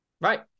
Right